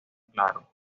claro